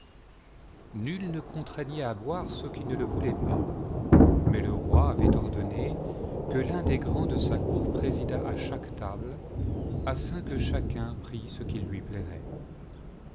nul ne contraignait à boire ceux qui ne le voulaient pas mais le roi avait ordonné que l'un des grands de sa cour présidât à chaque table afin que chacun prît ce qu'il lui plairait